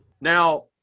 now